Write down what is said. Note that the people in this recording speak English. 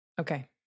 Okay